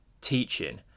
teaching